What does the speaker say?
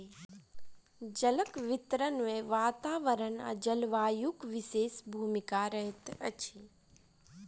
जलक वितरण मे वातावरण आ जलवायुक विशेष भूमिका रहैत अछि